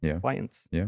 clients